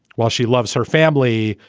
while she loves her family,